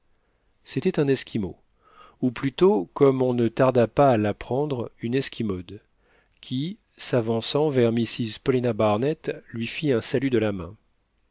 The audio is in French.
c'était un esquimau ou plutôt comme on ne tarda pas à l'apprendre une esquimaude qui s'avançant vers mrs paulina barnett lui fit un salut de la main